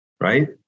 right